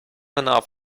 enough